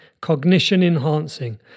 cognition-enhancing